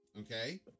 Okay